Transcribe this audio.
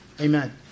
Amen